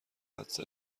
حدس